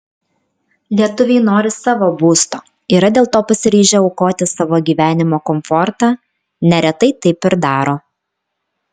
lietuviai nori savo būsto yra dėl to pasiryžę aukoti savo gyvenimo komfortą neretai taip ir daro